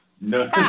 No